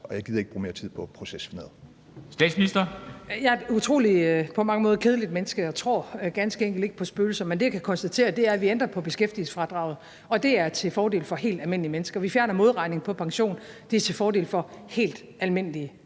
og jeg gider ikke bruge mere tid på procesfnidder.